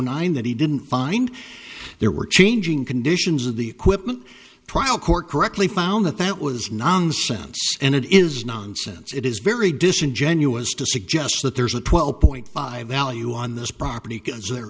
nine that he didn't find there were changing conditions of the equipment trial court correctly found that that was nonsense and it is nonsense it is very disingenuous to suggest that there is a twelve point five l you on this property can say there